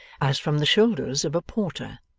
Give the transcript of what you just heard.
as from the shoulders of a porter,